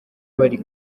bari